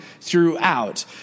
throughout